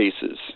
cases